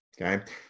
Okay